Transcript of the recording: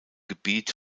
gebiet